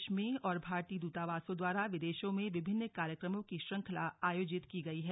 देश में और भारतीय दूतावासों द्वारा विदेशों में विभिन्न कार्यक्रमों की श्रृंखला आयोजित की गई है